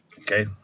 Okay